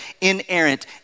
inerrant